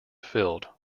filled